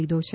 લીધો છે